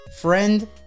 friend